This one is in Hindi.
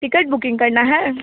टिकट बुकिंग करना है